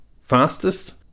fastest